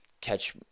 catch